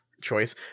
choice